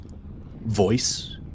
voice